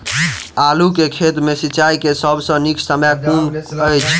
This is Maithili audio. आलु केँ खेत मे सिंचाई केँ सबसँ नीक समय कुन अछि?